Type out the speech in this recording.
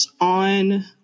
on